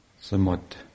somewhat